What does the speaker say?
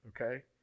okay